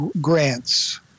grants